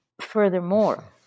Furthermore